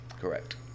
correct